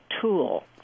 tool